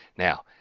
now,